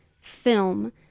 film